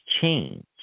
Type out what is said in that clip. change